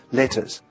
letters